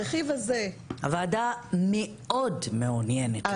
הוועדה מאוד מעוניינת לשמוע.